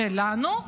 שלנו,